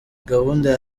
gahunda